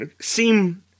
seem